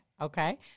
okay